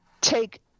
take